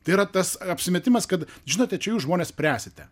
tai yra tas apsimetimas kad žinote čia jūs žmonės spręsite